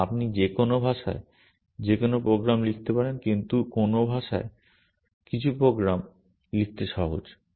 এবং আপনি যেকোনো ভাষায় যেকোনো প্রোগ্রাম লিখতে পারেন কিন্তু কোনো ভাষায় কিছু প্রোগ্রাম লিখতে সহজ